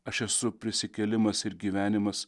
aš esu prisikėlimas ir gyvenimas